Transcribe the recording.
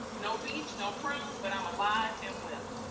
no beach, no cruise, but i'm alive and well.